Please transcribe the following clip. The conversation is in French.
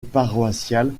paroissiale